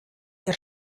der